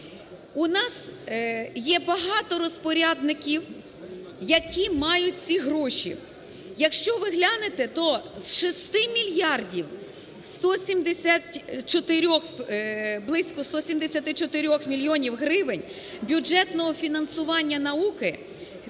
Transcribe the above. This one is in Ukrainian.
У нас є багато розпорядників, які мають ці гроші. Якщо ви глянете, то з 6 мільярдів близько 174 мільйонів гривень бюджетного фінансування науки;